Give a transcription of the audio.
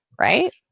right